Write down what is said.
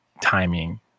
timing